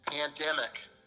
pandemic